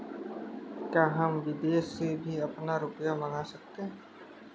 क्या हम विदेश से भी अपना रुपया मंगा सकते हैं?